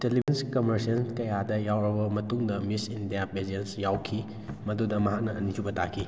television commercial ꯀꯌꯥꯗ ꯌꯥꯎꯔꯕ ꯃꯇꯨꯡꯗ ꯃꯤꯁ ꯏꯟꯗꯤꯌꯥ ꯄꯦꯖꯦꯟꯁ ꯌꯥꯎꯈꯤ ꯃꯗꯨꯗ ꯃꯍꯥꯛꯅ ꯑꯅꯤꯁꯨꯕ ꯇꯥꯈꯤ